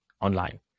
online